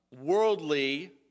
worldly